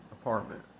apartment